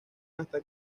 hasta